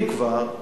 אם כבר,